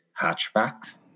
hatchbacks